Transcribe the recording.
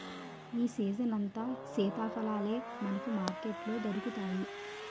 ఈ సీజనంతా సీతాఫలాలే మనకు మార్కెట్లో దొరుకుతాయి